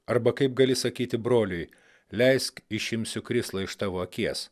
arba kaip gali sakyti broliui leisk išimsiu krislą iš tavo akies